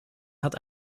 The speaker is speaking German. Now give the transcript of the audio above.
hat